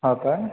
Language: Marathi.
हां काय